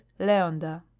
leonda